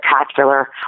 spectacular